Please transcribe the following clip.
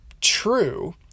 true